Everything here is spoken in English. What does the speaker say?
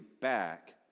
back